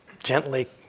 Gently